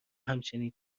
همچنین